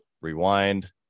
rewind